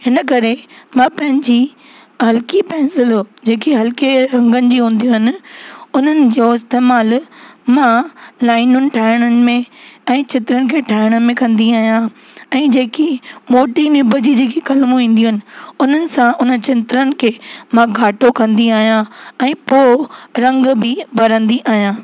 हिन करे मां पंहिंजी हलिकी पेंसिलूं जेके हलिके रंगनि जी हूंदियूं आहिनि उन्हनि जो इस्तेमाल मां लाइनुनि ठाहिइण में ऐं चित्रनि खे ठाहिण में कंदी आहियां ऐं जेकी मोटी निब जी कलमूं ईंदियूं आहिनि उन्हनि सां उन्हनि चित्रनि खे मां घाटो कंदी आहियां ऐं पोइ रंग बि भरंदी आहियां